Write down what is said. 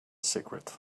secret